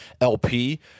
LP